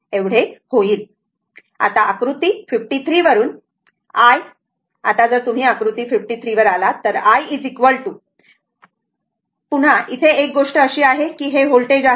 आता आकृती 53 वरून i आता जर तुम्ही आकृती 53 वर आलात तर i तर एक गोष्ट अशी आहे की हे व्होल्टेज आहे